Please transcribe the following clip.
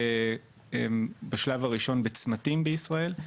בשלב הראשון בצמתים בישראל,